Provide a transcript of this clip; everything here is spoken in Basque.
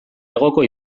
hegoko